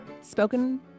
Spoken